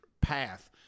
path